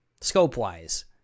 scope-wise